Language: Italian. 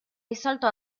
risolto